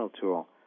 tool